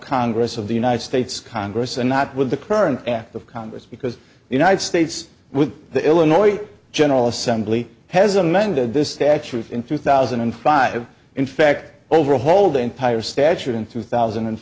congress of the united states congress and not with the current act of congress because the united states with the illinois general assembly has amended this statute in two thousand and five in fact overhauled the entire statute in two thousand and